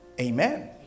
Amen